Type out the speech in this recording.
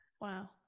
wow